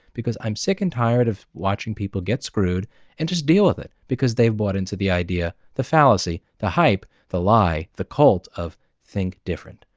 because i'm sick and tired of watching people get screwed and just deal with it. because they've bought into the idea, the fallacy, the hype, the lie, the cult of think different.